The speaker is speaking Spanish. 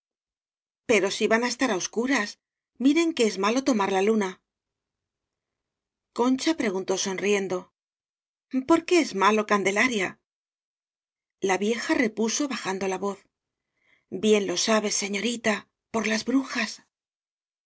luz pero van estar á oscuras miren que es malo tomar la luna concha preguntó sonriendo por qué es malo candelaria la vieja repuso bajando la voz bien lo sabe señorita por las bru